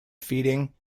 feeding